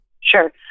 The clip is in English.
Sure